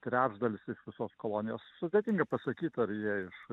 trečdalis iš visos kolonijos sudėtinga pasakyt ar jie iš